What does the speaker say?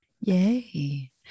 Yay